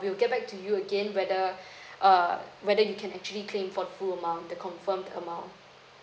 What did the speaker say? we'll get back to you again whether uh whether you can actually claim for full amount the confirmed amount